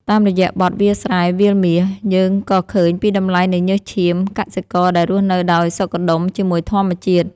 តាមរយៈបទ «វាលស្រែវាលមាស» យើងក៏ឃើញពីតម្លៃនៃញើសឈាមកសិករដែលរស់នៅដោយសុខដុមជាមួយធម្មជាតិ។